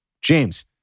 James